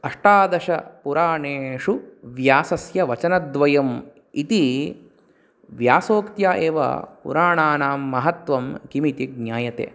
अष्टादशपुराणेषु व्यासस्य वचनद्वयम् इति व्यासोक्त्या एव पुराणानां महत्वं किम् इति ज्ञायते